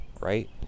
right